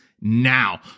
now